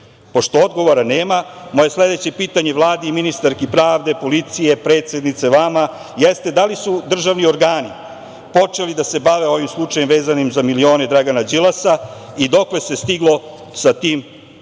više. Pošto odgovora nema, moje sledeće pitanje Vladi i ministarki pravde, policije, predsednice vama, jeste da li su državni organi počeli da se bave ovim slučajem vezanim za milione Dragana Đilasa i dokle se stiglo sa tim